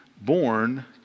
born